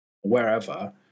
wherever